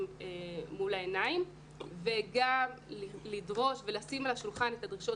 מול העיניים וגם לדרוש ולשים על השולחן את הדרישות